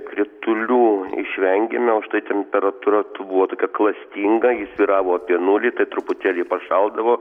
kritulių išvengėme užtai temperatūra buvo tokia klastinga ji svyravo apie nulį tai truputėlį pašaldavo